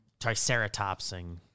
triceratopsing